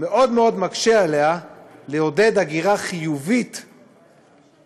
מאוד מאוד מקשה עליה לעודד הגירה חיובית לעיר.